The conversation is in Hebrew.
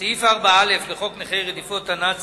סעיף 4(א) לחוק נכי רדיפות הנאצים,